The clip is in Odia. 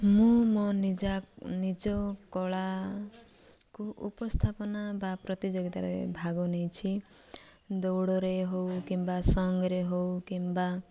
ମୁଁ ମୋ ନିଜ ନିଜ କଳାକୁ ଉପସ୍ଥାପନା ବା ପ୍ରତିଯୋଗିତାରେ ଭାଗ ନେଇଛି ଦୌଡ଼ରେ ହଉ କିମ୍ବା ସଙ୍ଗରେ ହଉ କିମ୍ବା